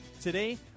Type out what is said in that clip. today